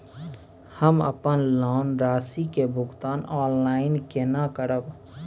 हम अपन लोन राशि के भुगतान ऑनलाइन केने करब?